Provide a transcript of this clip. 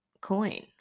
coin